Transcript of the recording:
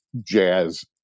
jazz